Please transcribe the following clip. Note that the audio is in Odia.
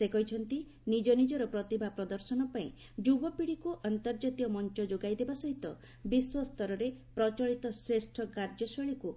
ସେ କହିଛନ୍ତି ନିଜ ନିଜର ପ୍ରତିଭା ପ୍ରଦର୍ଶନ ପାଇଁ ଯୁବପିଢିକୁ ଅନ୍ତର୍ଜାତୀୟ ମଞ୍ଚ ଯୋଗାଇଦେବା ସହିତ ବିଶ୍ୱସ୍ତରରେ ପ୍ରଚଳିତ ଶ୍ରେଷ କାର୍ଯ୍ୟଶୈଳୀରୁ